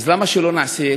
אז למה שלא נעשה,